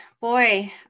boy